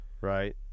Right